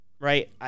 right